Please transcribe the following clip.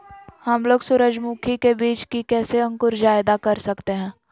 हमलोग सूरजमुखी के बिज की कैसे अंकुर जायदा कर सकते हैं?